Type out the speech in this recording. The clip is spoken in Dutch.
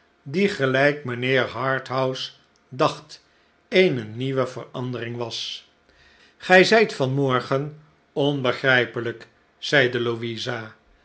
die gelijk mijnheer harthouse dacht eene nieuwe verandering was gij zijt van morgen onbegrijpelijk zeide lousia